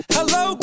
Hello